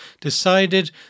decided